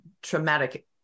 traumatic